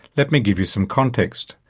let me give you some context.